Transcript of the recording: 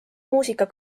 muusika